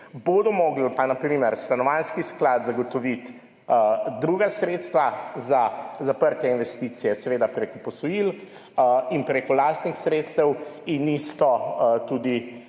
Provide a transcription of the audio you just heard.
bo pa moral na primer Stanovanjski sklad zagotoviti druga sredstva za zaprtje investicije, seveda prek posojil in prek lastnih sredstev, isto tudi